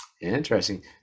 Interesting